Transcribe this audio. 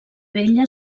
vella